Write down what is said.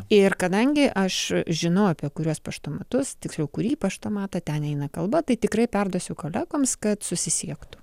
ir kadangi aš žinau apie kuriuos paštomatus tiksliau kurį paštomatą ten eina kalba tai tikrai perduosiu kolegoms kad susisiektų